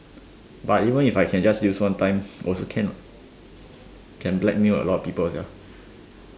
but even if I can just use one time also can what can blackmail a lot of people sia